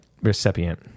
recipient